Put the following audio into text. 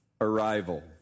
arrival